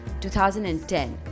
2010